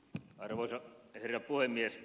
arvoisa herra puhemies